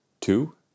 Two